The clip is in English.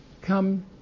Come